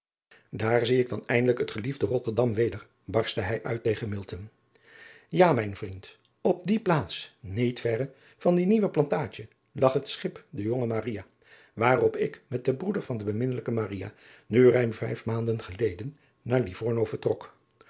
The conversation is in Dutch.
aar zie ik dan eindelijk het geliefde otterdam weder barstte hij uit tegen a mijn vriend op die op die plaats niet verre van die nieuwe plantaadje lag het schip de jonge aria waarop ik met den broeder van de beminnelijke nu ruim vijf maanden geleden naar ivorno vertrok